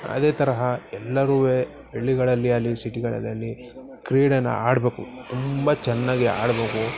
ಅದೇ ತರಹ ಎಲ್ಲರೂ ಹಳ್ಳಿಗಳಲ್ಲಿ ಆಗಲಿ ಸಿಟಿಗಳಲ್ಲಿ ಆಗಲಿ ಕ್ರೀಡೇನ ಆಡಬೇಕು ತುಂಬ ಚೆನ್ನಾಗೆ ಆಡಬೇಕು